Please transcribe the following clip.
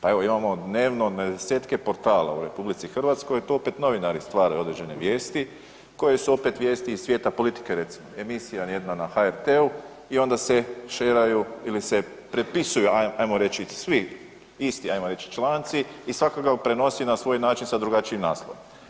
Pa evo imamo dnevno na 10-tke portala u RH to opet novinari stvaraju određene vijesti koje su opet vijesti iz svijeta politike recimo, emisija jedna na HRT-u i onda se šeraju ili se prepisuju ajmo reći svi isti ajmo reći članci i svako ga prenosi na svoj način sa drugačijim naslovom.